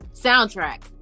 soundtrack